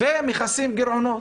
ומכסים גירעונות.